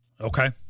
Okay